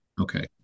Okay